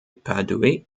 padoue